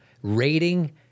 rating